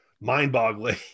mind-boggling